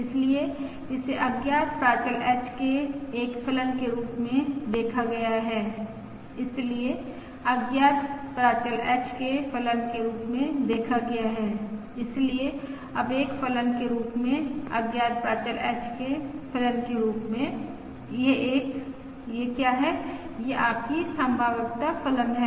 इसलिए इसे अज्ञात प्राचल h के एक फलन के रूप में देखा गया इसलिए अज्ञात प्राचल h के फलन के रूप में देखा गया इसलिए अब एक फलन के रूप में अज्ञात प्राचल h के फलन के रूप में यह एक यह क्या है यह आपकी संभाव्यता फलन है